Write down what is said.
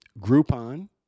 Groupon